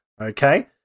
Okay